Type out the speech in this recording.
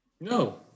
No